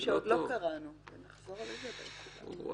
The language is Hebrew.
אנחנו בתקופה קצובה ככל שאני קורא בעיתון שוב,